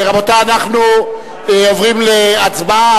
רבותי, אנחנו עוברים להצבעה.